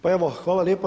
Pa evo hvala lijepa.